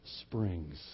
springs